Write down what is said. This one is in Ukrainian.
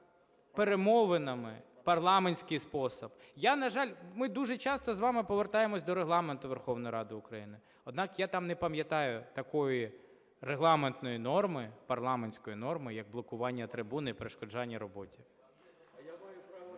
перемовинами в парламентський спосіб. Я, на жаль, ми дуже часто з вами повертаємося до Регламенту Верховної Ради України, однак я там не пам'ятаю такої регламентної норми, парламентської норми, як блокування трибуни і перешкоджання роботі.